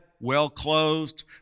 well-clothed